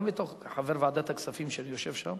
גם בתור חבר ועדת הכספים שאני יושב בה,